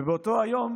ובאותו היום